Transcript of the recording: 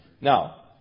Now